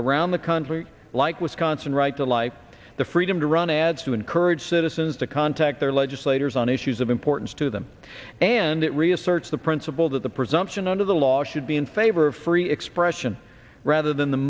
around the country like wisconsin right to life the freedom to run ads to encourage citizens to contact their legislators on issues of importance to them and it reasserts the principle that the presumption under the law should be in favor of free expression rather than the